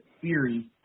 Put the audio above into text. Theory